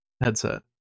headset